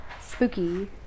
spooky